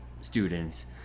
students